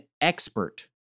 expert